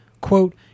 Quote